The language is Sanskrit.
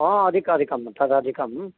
ओ अधिक अधिकं तद् अधिकं